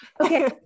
Okay